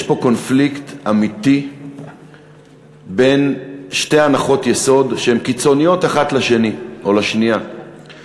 יש פה קונפליקט אמיתי בין שתי הנחות יסוד שהן קוטביות אחת לשנייה: ההנחה